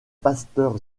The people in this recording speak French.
pasteur